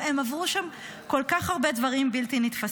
הן עברו שם כל כך הרבה דברים לא נתפסים.